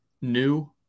new